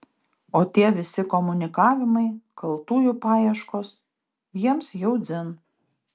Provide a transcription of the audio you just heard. o tie visi komunikavimai kaltųjų paieškos jiems jau dzin